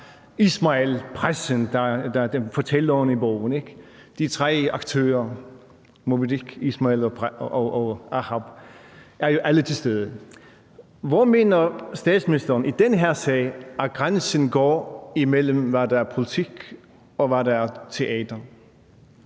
Ishmael, pressen, der er fortælleren i bogen. De tre aktører, Moby Dick, Ishmael og Ahab, er jo alle til stede. Hvor mener statsministeren at grænsen i den her sag går imellem, hvad der er